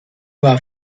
war